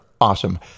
Awesome